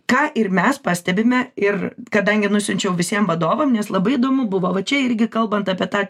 ką ir mes pastebime ir kadangi nusiunčiau visiem vadovam nes labai įdomu buvo va čia irgi kalbant apie tą